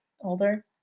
Older